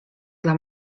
dla